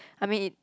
I mean it